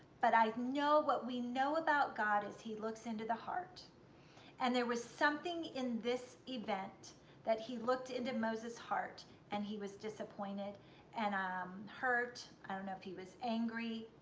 but i know what we know about god is he looks into the heart and there was something in this event that he looked into moses' heart and he was disappointed and um hurt. i don't know if he was angry,